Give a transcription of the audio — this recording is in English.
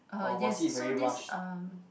uh yes so this um